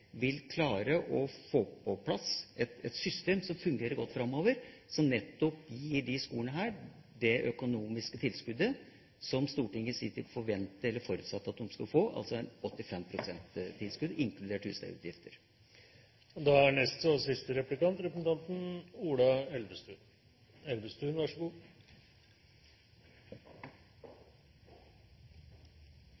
vil klare å få på plass et system som fungerer godt framover, og som nettopp gir disse skolene det økonomiske tilskuddet som Stortinget i sin tid forventet og forutsatte at de skulle få, altså et 85 pst.-tilskudd, inkludert husleieutgifter. Jeg har et ganske enkelt spørsmål. Representanten